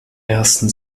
ersten